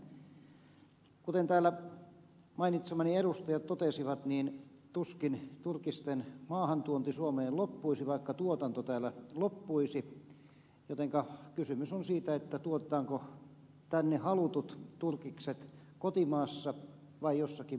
kuten täällä mainitsemani edustajat totesivat tuskin turkisten maahantuonti suomeen loppuisi vaikka tuotanto täällä loppuisi jotenka kysymys on siitä tuotetaanko tänne halutut turkikset kotimaassa vai jossakin muualla